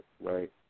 right